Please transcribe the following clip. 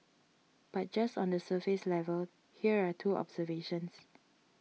but just on the surface level here are two observations